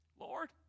Lord